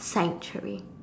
sanctuary